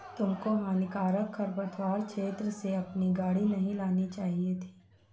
तुमको हानिकारक खरपतवार क्षेत्र से अपनी गाड़ी नहीं लानी चाहिए थी